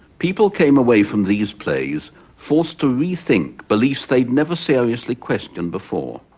people came away from these plays forced to rethink beliefs they'd never seriously questioned before.